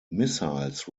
missiles